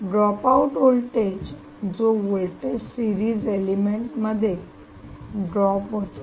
dropout voltage जो voltage series element मध्ये drop होतो